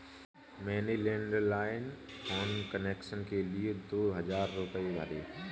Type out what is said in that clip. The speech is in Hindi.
मैंने लैंडलाईन फोन कनेक्शन के लिए दो हजार रुपए भरे